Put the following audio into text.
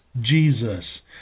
Jesus